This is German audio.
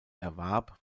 erwarb